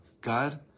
God